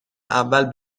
اول